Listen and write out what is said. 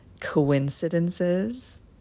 coincidences